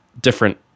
different